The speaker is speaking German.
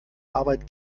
arbeit